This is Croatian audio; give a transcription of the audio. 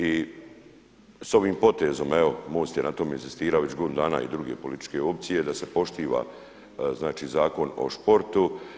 I s ovim potezom, evo MOST je na tome inzistirao i već godinu dana i druge političke opcije da se poštiva Zakon o sportu.